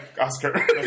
Oscar